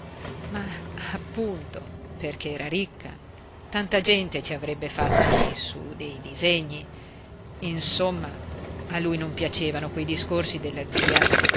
ma appunto perch'era ricca tanta gente ci avrebbe fatti su dei disegni insomma a lui non piacevano quei discorsi della zia